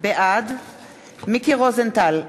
בעד מיקי רוזנטל,